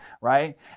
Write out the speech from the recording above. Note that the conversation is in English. right